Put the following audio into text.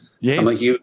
Yes